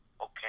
okay